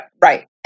Right